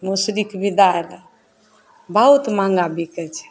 मसुरीके भी दालि बहुत महँगा बिकै छै